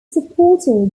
supported